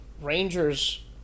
Rangers